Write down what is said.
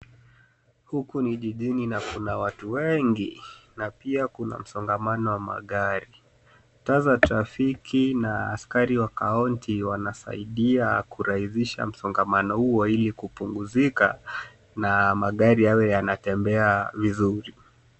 Huku ni jijini na kuna watu wengi na pia kuna msongamano wa magari. Taa za trafiki na askari wa kaunti wanasaidia kurahisisha msongamano huo ili kupunguzika na magari yawe yanatembea vizuri.